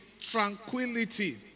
tranquility